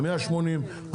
180,